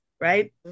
right